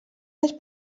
les